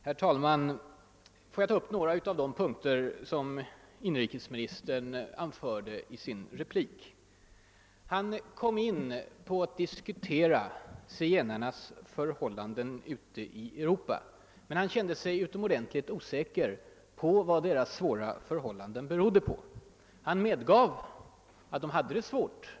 Herr talman! Låt mig ta upp några punkter av det som inrikesministern anförde i sin replik. Han kom in på zigenarnas förhållanden ute i Europa, men han kände sig utomordentligt osäker på vad deras svåra förhållanden berodde på.